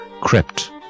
crept